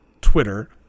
Twitter